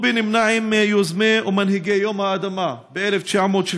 טובי נמנה עם יוזמי ומנהיגי יום האדמה ב-1976,